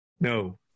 no